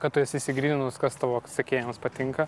kad tu esi išsigryninus kas tavo sekėjams patinka